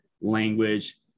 language